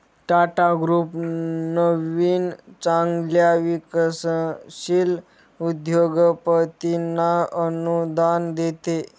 Tata group नवीन चांगल्या विकसनशील उद्योगपतींना अनुदान देते